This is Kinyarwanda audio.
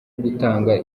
gutanga